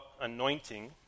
anointing